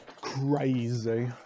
crazy